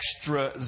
extra